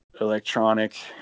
electronic